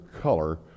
color